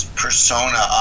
persona